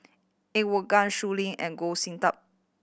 Er Woo Gang Shui Lin and Goh Sin Tub